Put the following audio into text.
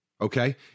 Okay